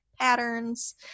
patterns